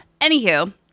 Anywho